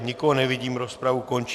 Nikoho nevidím, rozpravu končím.